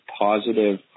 positive